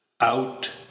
Out